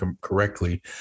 correctly